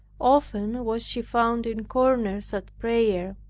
often was she found in corners at prayer.